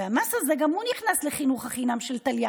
והמס הזה גם הוא נכנס לחינוך חינם של טליה